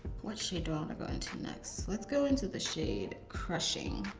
what shade do i wanna go into next? let's go into the shade crushing.